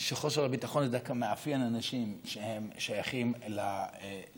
שחוסר הביטחון מאפיין דווקא אנשים שהם שייכים לימין.